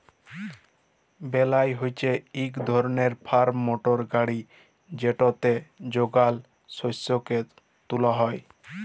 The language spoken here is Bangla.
বেলার হছে ইক ধরলের ফার্ম মটর গাড়ি যেটতে যগাল শস্যকে তুলা হ্যয়